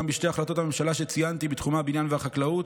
גם בשתי החלטות הממשלה שציינתי בתחומי הבניין והחקלאות,